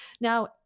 Now